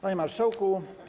Panie Marszałku!